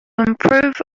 improve